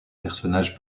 personnage